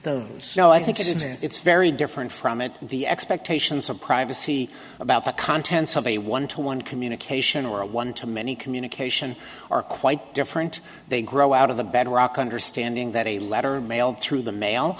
those so i think this is a it's very different from it the expectations of privacy about the contents of a one to one communication or a one to many communication are quite different they grow out of the bedrock understanding that a letter mailed through the mail